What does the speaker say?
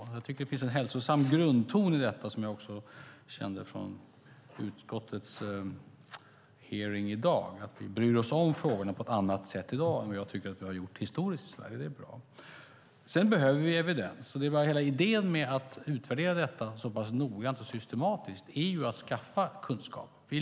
Jag tycker att det finns en hälsosam grundton i detta som jag också kände från utskottets hearing i dag, att vi i dag bryr oss om frågorna på ett annat sätt än vad jag tycker att vi gjort historiskt i Sverige, och det är bra. Vi behöver evidens. Hela idén med att utvärdera detta så pass noggrant och systematiskt är att skaffa kunskap.